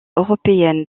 européenne